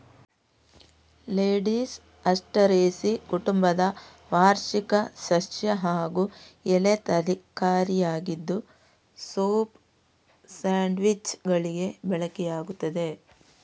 lettuce Asteraceae ಕುಟುಂಬದ ವಾರ್ಷಿಕ ಸಸ್ಯ ಹಾಗೂ ಎಲೆ ತರಕಾರಿಯಾಗಿದ್ದು ಸೂಪ್, ಸ್ಯಾಂಡ್ವಿಚ್ಚುಗಳಿಗೆ ಬಳಕೆಯಾಗ್ತದೆ